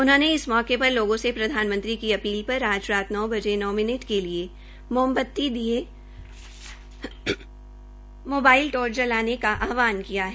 उन्होंने इस मौके पर लोगों से प्रधानमंत्री की अपील पर आज रात नौ बजे नौ मिनट के लिए मोमबती दीये मोबाइल टार्च जलाने का आहवान किया है